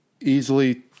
easily